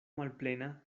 malplena